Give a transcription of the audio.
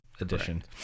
edition